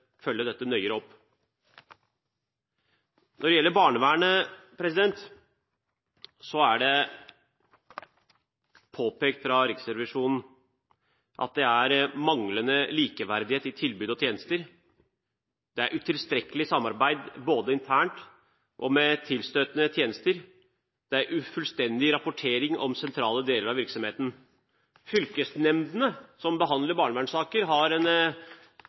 gjelder barnevernet, er det påpekt fra Riksrevisjonen at det er manglende likeverdighet i tilbud og tjenester, det er utilstrekkelig samarbeid både internt og med tilstøtende tjenester, det er ufullstendig rapportering om sentrale deler av virksomheten. Fylkesnemndene som behandler barnevernssaker, har en